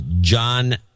John